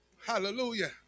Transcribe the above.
Hallelujah